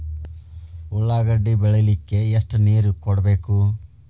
ಉಳ್ಳಾಗಡ್ಡಿ ಬೆಳಿಲಿಕ್ಕೆ ಎಷ್ಟು ನೇರ ಕೊಡಬೇಕು?